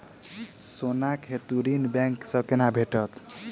सोनाक हेतु ऋण बैंक सँ केना भेटत?